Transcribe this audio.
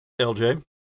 LJ